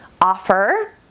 offer